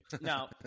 Now